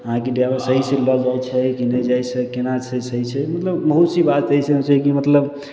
अहाँके ड्राइवर सही चीज बाजै छै कि नहि जाहि सऽ केना छै सही छै मतलब बहुत सी बात अइसन छै कि मतलब